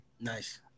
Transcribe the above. Nice